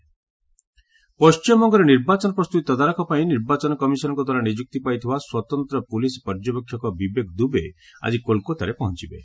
EC ଓେଷ୍ଟବେଙ୍ଗଲ୍ ପଶ୍ଚିମବଙ୍ଗରେ ନିର୍ବାଚନ ପ୍ରସ୍ତୁତି ତଦାରଖ ପାଇଁ ନିର୍ବାଚନ କମିଶନଙ୍କ ଦ୍ୱାରା ନିଯୁକ୍ତି ପାଇଥିବା ସ୍ପତନ୍ତ୍ର ପୁଲିସ୍ ପର୍ଯ୍ୟବେକ୍ଷକ ବିବେକ ଦୁବେ ଆଜି କୋଲକାତାରେ ପହଞ୍ଚବେ